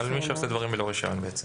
על מי שעושה דברים ללא רישיון בעצם.